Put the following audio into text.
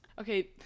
okay